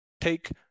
take